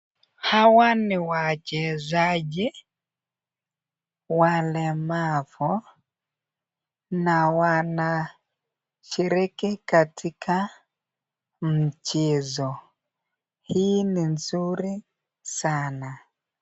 Hawa ni wachezaji walemavu na wanashiriki katika mchezo hii ni nzuri sana.